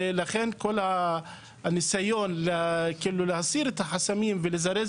לכן כל הניסיון להסיר את החסמים ולזרז